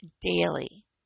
daily